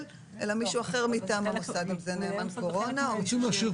אלא מישהו אחר מטעמו כמו נאמן קורונה או גורם